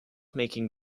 making